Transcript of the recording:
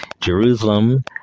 Jerusalem